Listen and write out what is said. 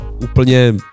úplně